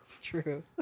True